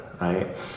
right